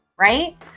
right